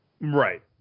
Right